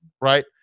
right